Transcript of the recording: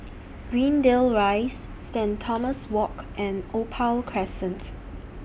Greendale Rise Saint Thomas Walk and Opal Crescent